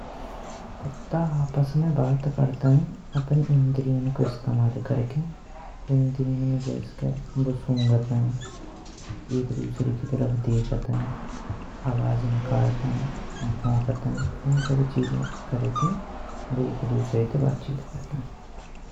कुत्ता आपस में बात करतें अपनी इन्द्रियों का इस्तेमाल करके। इन्द्रियाँ में जैसे कि बू सूंघते एक दूसरे के तरफ देखते आवाज़ निकालते, भौंकतें इन सब चीज़ें ने करकें बो एक दूसरे से बात चीत करतें।